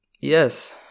yes